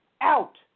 out